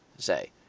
say